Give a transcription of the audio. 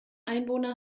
einwohner